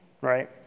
right